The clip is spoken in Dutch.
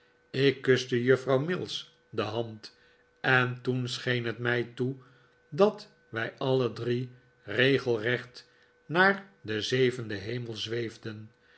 ik kuste juffrouw mills de hand en toen scheen het mij toe dat wij alle drie regelrecht naar den zevenden hemel zweefden